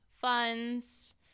funds